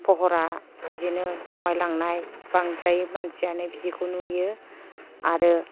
फहरा बिदिनो खमायलांनाय बांद्राय मानसियानो बिदिखौ नुयो आरो